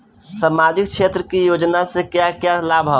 सामाजिक क्षेत्र की योजनाएं से क्या क्या लाभ है?